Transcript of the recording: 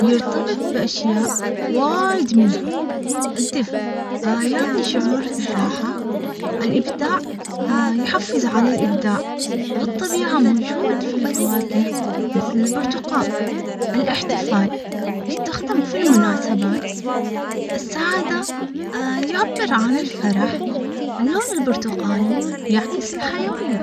يرتبط باشياء وايد منها الدفء اه يعطي شعور بالراحة الابداع يحفز على الابداع والطبيعة موجود في الفواكه مثل البرتقال الاحتفال يستخدم في المناسبات السعادة يعبر عن الفرح اللون البرتقالي يعبر عن الحيوية